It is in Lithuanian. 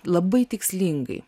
labai tikslingai